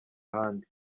ahandi